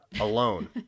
alone